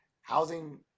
Housing